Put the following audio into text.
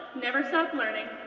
never stop learning,